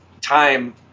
time